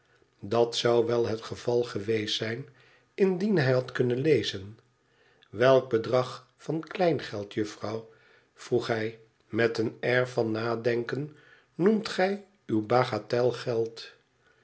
dat zou wel het geval geweest zijn indien hij had kunnen lezen welk bedrag van kleingeld juffrouw vroeg hij met een air van nadenken noemt gij uw bagatel geld